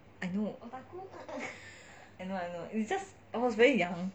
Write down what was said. I know I know it's just I was very young